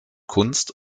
kunst